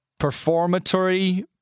performatory